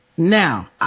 now